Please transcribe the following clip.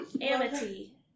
Amity